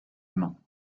humain